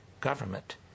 government